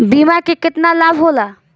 बीमा के केतना लाभ होला?